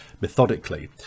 methodically